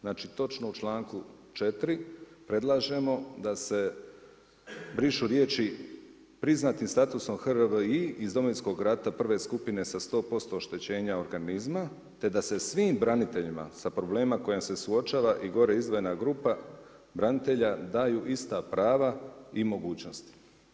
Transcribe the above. Znači točno u članku 4. predlažemo da se brišu riječi priznati statusom HRVI iz Domovinskog rata prve skupine sa 100% oštećenja organizama, te da se svim braniteljima sa problemom kojim se suočava i gore izdvojena grupa branitelja daju ista prava i mogućnosti.